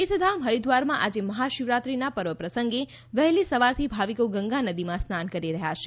તીર્થધામ હરિદ્વારમાં આજે મહાશિવરાત્રીના પર્વ પ્રસંગે વહેલી સવારથી ભાવિકો ગંગા નદીમાં સ્નાન કરી રહ્યા છે